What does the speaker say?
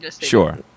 Sure